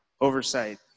oversight